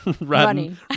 running